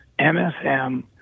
MSM